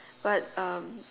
but um